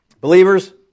Believers